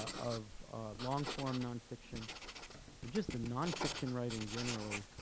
of long-form nonfiction or just a nonfiction writing generally.